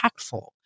impactful